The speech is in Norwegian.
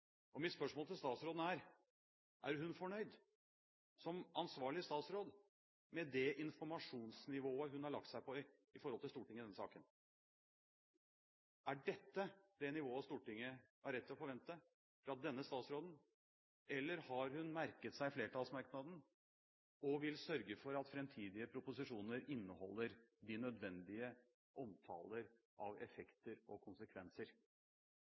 Mitt spørsmål til statsråden er: Er hun fornøyd – som ansvarlig statsråd – med det informasjonsnivået hun har lagt seg på med tanke på Stortinget i denne saken? Er dette det nivået Stortinget har rett til å forvente fra denne statsråden, eller har hun merket seg flertallsmerknaden og vil sørge for at framtidige proposisjoner inneholder de nødvendige omtaler av effekter og konsekvenser?